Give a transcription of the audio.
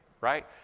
right